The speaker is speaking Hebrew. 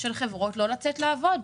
של חברות לא לצאת לעבוד.